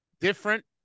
different